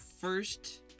first